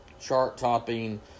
chart-topping